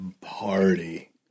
party